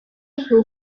who